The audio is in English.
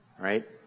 Right